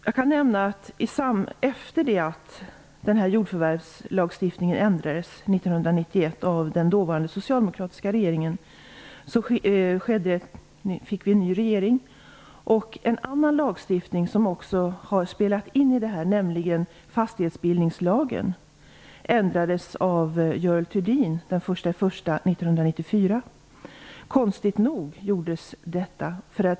1991 av den dåvarande socialdemokratiska regeringen fick vi en ny regering och en annan lagstiftning, vilket också har spelat in. Fastighetsbildningslagen ändrades under Görel Thurdin den 1 januari 1994. Konstigt nog gjordes detta.